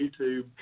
YouTube